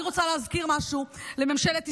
אני רוצה להזכיר משהו לממשלת ישראל: